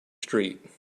street